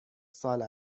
سال